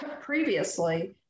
previously